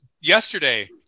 yesterday